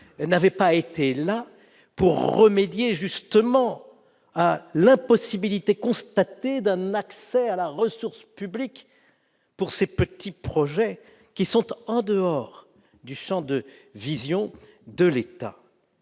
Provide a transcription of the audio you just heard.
permis de remédier à l'impossibilité constatée d'un accès à la ressource publique pour ces petits projets qui sont hors du champ de vision de l'État.